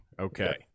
Okay